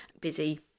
busy